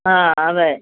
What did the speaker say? ആ അതെ